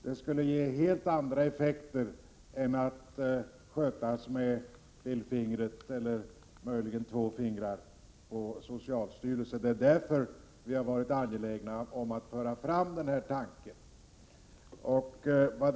Det skulle ge helt andra effekter än när folkhälsan sköts med lillfingret eller möjligen två fingrar på socialstyrelsen. Det är därför som vi i folkpartiet har varit angelägna om att föra fram tanken på ett institut för folkhälsan.